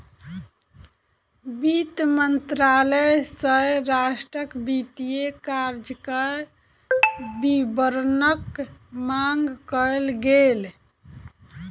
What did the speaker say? वित्त मंत्रालय सॅ राष्ट्रक वित्तीय कार्यक विवरणक मांग कयल गेल